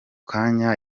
kanya